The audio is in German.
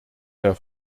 der